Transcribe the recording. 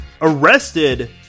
arrested